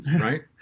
right